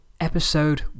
episode